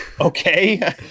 okay